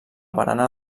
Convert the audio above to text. barana